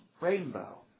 rainbow